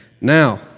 Now